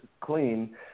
clean